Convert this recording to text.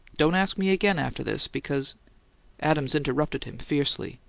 don't ask me again after this, because adams interrupted him fiercely.